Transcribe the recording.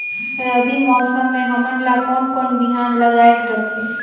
रबी मौसम मे हमन ला कोन कोन बिहान लगायेक रथे?